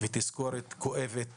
ותזכורת כואבת